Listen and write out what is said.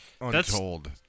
Untold